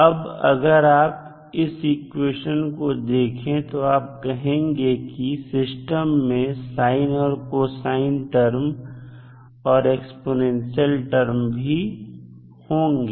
अब अगर आप इस इक्वेशन को देखें तो आप कहेंगे कि सिस्टम में साइन और कोसाइन टर्म और एक्स्पोनेंशियल टर्म भी होंगे